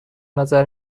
نظر